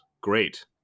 great